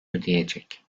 ödeyecek